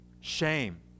Shame